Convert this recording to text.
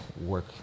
work